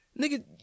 nigga